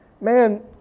man